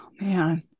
man